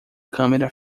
câmera